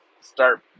start